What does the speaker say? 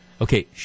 okay